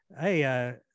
hey